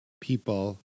people